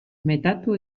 metatu